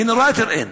גנרטור אין,